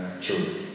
children